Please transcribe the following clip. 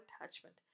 attachment